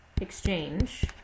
exchange